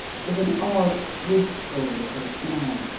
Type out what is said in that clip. with an odd, wistful little smile.